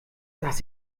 dass